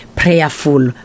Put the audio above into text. prayerful